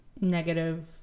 Negative